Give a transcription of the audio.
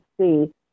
see